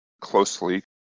closely